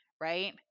Right